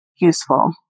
useful